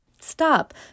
Stop